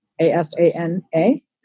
A-S-A-N-A